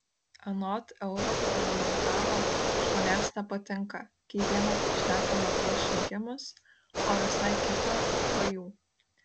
anot europarlamentaro žmonėms nepatinka kai viena šnekama prieš rinkimus o visai kita po jų